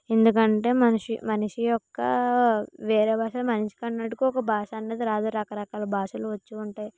ఎందుకంటే మనిషి మనిషి యొక్క వేరే వాటిలో మనిషికి అన్నట్టు ఒక భాష అన్నది రాదు రకరకాల భాషలు వచ్చి ఉంటాయి